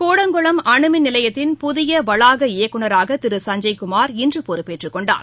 கூடங்குளம் அணுமின் நிலையத்தின் புதிய வளாக இயக்குநராக திரு சஞ்சுய் குமார் இன்று பொறுப்பேற்றுக் கொண்டார்